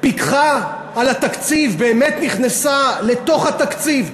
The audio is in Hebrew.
פיקחה על התקציב, באמת נכנסה לתוך התקציב?